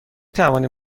توانید